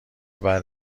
بعد